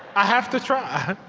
i have to try.